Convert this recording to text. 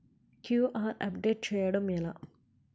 QR update చేయడం ఎలా?